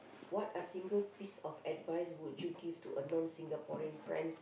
what are single piece of advice you would give to a non Singaporean friends